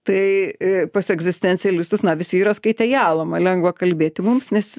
tai į pas egzistencialistus na visi yra skaitejaulama lengva kalbėti mums nes